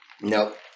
Nope